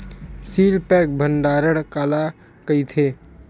Seal pack भंडारण काला कइथे?